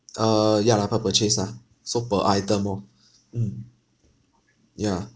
err ya lah per purchase lah so per item orh mmhmm ya